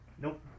Nope